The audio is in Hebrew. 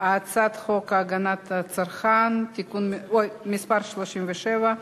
הצעת חוק הגנת הצרכן (תיקון מס' 37)